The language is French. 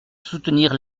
soutenir